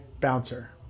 bouncer